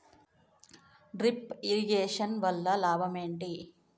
Drip irrigation వల్ల లాభం ఏంటి?